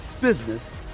business